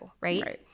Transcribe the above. Right